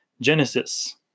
Genesis